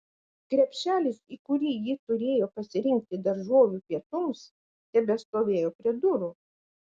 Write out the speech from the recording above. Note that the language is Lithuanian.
krepšelis į kurį ji turėjo pasirinkti daržovių pietums tebestovėjo prie durų